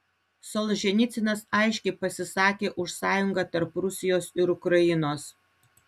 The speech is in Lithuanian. solženicynas aiškiai pasisakė už sąjungą tarp rusijos ir ukrainos